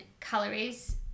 calories